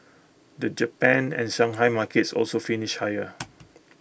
the Japan and Shanghai markets also finished higher